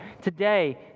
Today